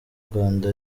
rwanda